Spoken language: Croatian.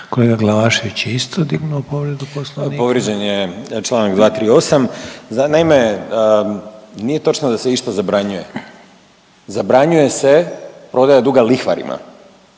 Bojan (Nezavisni)** Povrijeđen je članak 238. Naime, nije točno da se išta zabranjuje. Zabranjuje se prodaja duga lihvarima,